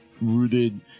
rooted